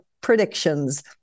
predictions